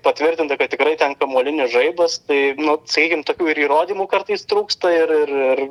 patvirtinta kad tikrai ten kamuolinis žaibas tai nu sakykim tokių ir įrodymų kartais trūksta ir ir ir